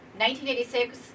1986